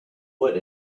wood